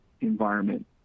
environment